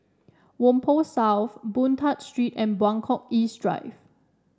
Whampoa South Boon Tat Street and Buangkok East Drive